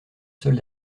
seule